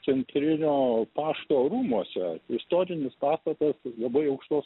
centrinio pašto rūmuose istorinis pastatas labai aukštos